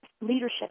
leadership